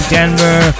Denver